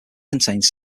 contains